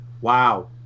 Wow